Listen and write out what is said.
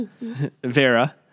Vera